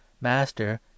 master